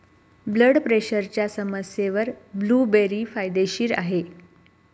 blood प्रेशरच्या समस्येवर blueberry फायदेशीर आहे